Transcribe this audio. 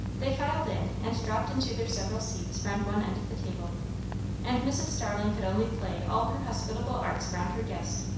they filed in and dropped into their several seats round one end of the table and mrs. starling could only play all her hospitable arts around her guest,